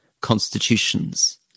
constitutions